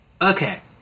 Okay